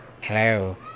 hello